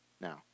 now